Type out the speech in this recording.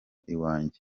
iwanjye